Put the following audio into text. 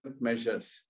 measures